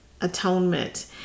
Atonement